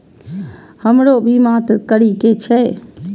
हमरो बीमा करीके छः?